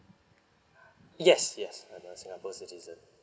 yes yes I'm a singapore citizen